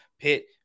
Pit